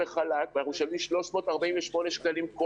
אמרו שצריך לקצץ מתקציב התרבות בגלל צרכי